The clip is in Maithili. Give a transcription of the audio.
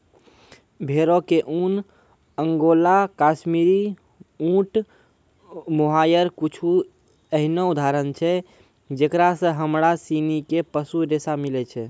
भेड़ो के ऊन, अंगोला, काश्मीरी, ऊंट, मोहायर कुछु एहनो उदाहरण छै जेकरा से हमरा सिनी के पशु रेशा मिलै छै